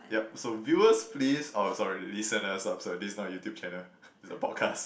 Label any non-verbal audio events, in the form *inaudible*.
yup so viewers please oh sorry listeners I'm sorry this is not a YouTube channel *laughs* is a podcast